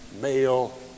male